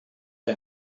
der